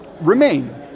remain